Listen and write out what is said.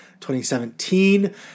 2017